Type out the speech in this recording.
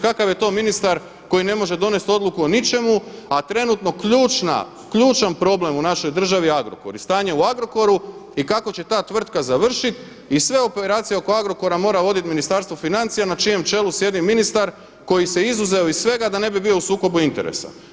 Kakav je to ministar koji ne može donijeti odluku o ničemu a trenutno ključna, ključan problem u našoj državi je Agrokor i stanje i u Agrokoru i kako će ta tvrtka završiti i sve operacije oko Agrokora mora voditi ministarstvo financija na čijem čelu sjedi ministar koji se izuzeo iz svega da ne bi bio u sukobu interesa.